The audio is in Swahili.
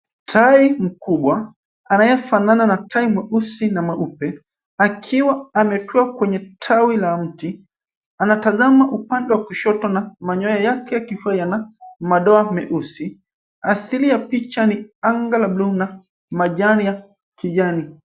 Tai mkubwa anayefanana na tai mweusi na mweupe akiwa ametua kwenye tawi la mti anatazama upande wa kushoto na manyoya yake ya kifua yana mado meusi. Asili ya picha ni anga la buluu na majani ya kijani.